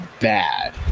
bad